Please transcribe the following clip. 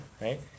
right